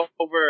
over